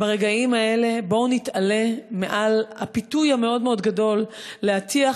ברגעים האלה בואו נתעלה מעל הפיתוי המאוד גדול להטיח